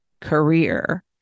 career